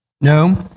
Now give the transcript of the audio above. No